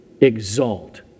exalt